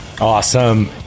Awesome